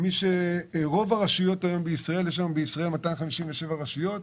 היום יש בישראל 257 רשויות,